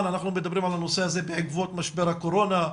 שאנחנו מדברים על הנושא הזה בעקבות משבר הקורונה,